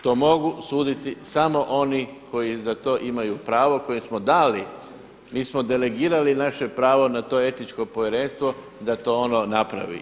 To mogu suditi samo oni koji za to imaju pravo, kojim smo dali, mi smo delegirali naše pravo na to Etičko povjerenstvo da to ono napravi.